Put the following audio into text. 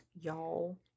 y'all